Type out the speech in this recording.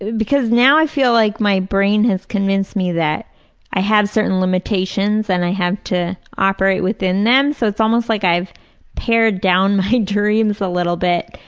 because now i feel like my brain has convinced me that i have certain limitations, and i have to operate within them, so it's almost like i've pared down my dreams a little bit.